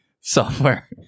software